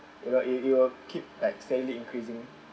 you know it it will keep like steadily increasing